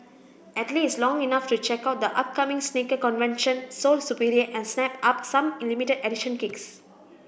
at least long enough to check out the upcoming sneaker convention Sole Superior and snap up some limited edition kicks